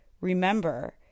remember